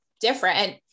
different